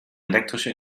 elektrische